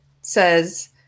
says